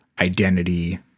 identity